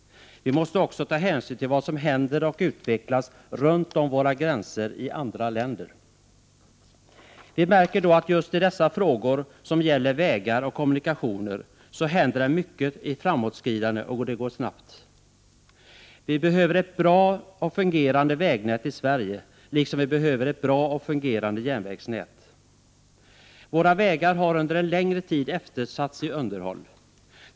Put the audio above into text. Vi måste också ta hänsyn till vad som händer utanför våra gränser. Vi märker då att det i just dessa frågor, alltså frågor som gäller vägar och kommunikationer, händer mycket, och utvecklingen går snabbt. Vi behöver ett bra och väl fungerande vägnät i Sverige, liksom vi behöver ett bra och fungerande järnvägsnät. Underhållet av våra vägar har under längre tid eftersatts.